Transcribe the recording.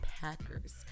Packers